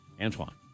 Antoine